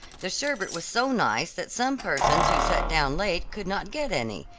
the sherbet was so nice that some persons who sat down late could not get any.